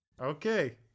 Okay